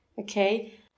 okay